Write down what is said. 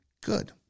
good